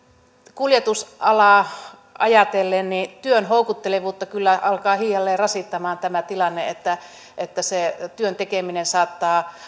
kuljetusalaa ajatellen työn houkuttelevuutta kyllä alkaa hiljalleen rasittamaan tämä tilanne että että se työn tekeminen saattaa